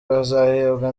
bazahembwa